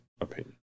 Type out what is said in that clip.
opinion